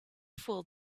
for